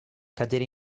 cadere